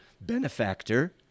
benefactor